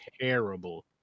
terrible